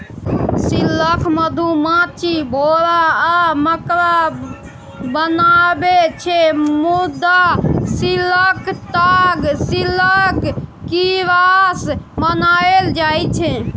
silk मधुमाछी, भौरा आ मकड़ा बनाबै छै मुदा सिल्कक ताग सिल्क कीरासँ बनाएल जाइ छै